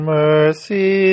mercy